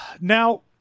Now